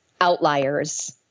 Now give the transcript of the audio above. outliers